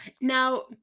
Now